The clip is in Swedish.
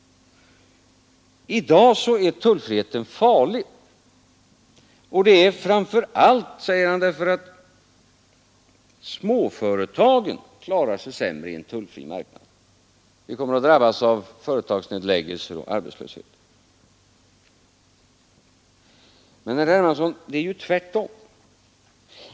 I dag är tullfriheten farlig, framför allt, säger han, därför att småföretagen klarar sig sämre i en tullfri marknad. Vi kommer att drabbas av företagsnedläggelser och arbetslös het. Men, herr Hermansson, det förhåller sig tvärtom.